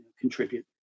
contribute